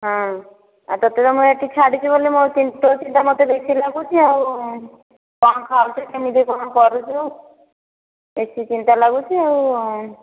ହଁ ତୋତେ ବା ମୁଁ ଏଇଠି ଛାଡ଼ିଛି ବୋଲି ମୋ ତୋ ଚିନ୍ତା ମୋତେ ବେଶୀ ଲାଗୁଛି ଆଉ କ'ଣ ଖାଉଛୁ କେମିତି କ'ଣ କରୁଛୁ ବେଶୀ ଚିନ୍ତା ଲାଗୁଛି ଆଉ